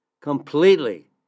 completely